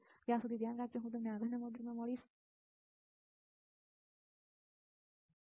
ત્યાં સુધી તમે ધ્યાન રાખજો હું તમને આગામી મોડ્યુલમાં મળીશ બાય